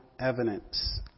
evidence